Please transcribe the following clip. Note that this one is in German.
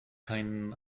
keinen